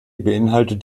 beinhaltet